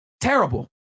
terrible